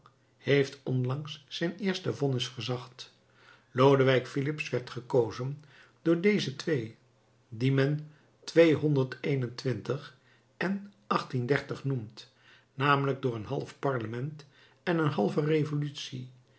heeft onlangs zijn eerste vonnis verzacht lodewijk filips werd gekozen door deze twee die men en noemt namelijk door een half parlement en een halve revolutie